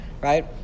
right